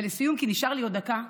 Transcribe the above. ולסיום, כי נשארה לי עוד דקה,